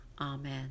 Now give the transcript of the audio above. Amen